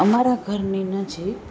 અમારા ઘરની નજીક